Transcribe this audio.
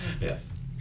yes